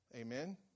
Amen